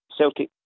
Celtic